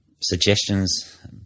suggestions